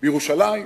בירושלים,